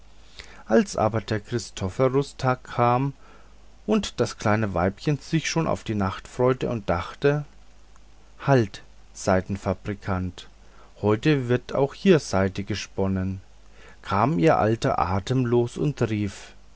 als aber der christophorus tag kam und das kleine weibchen sich schon auf die nacht freute und dachte halt seidenfabrikant heute wird auch hier seide gesponnen kam ihr alter atemlos und rief